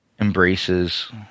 embraces